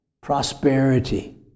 prosperity